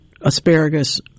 asparagus